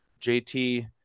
JT